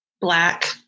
black